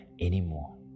anymore